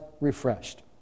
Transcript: refreshed